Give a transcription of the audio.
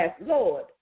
Lord